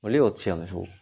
ବୋଲି ଅଛି ଆମେ ସବୁ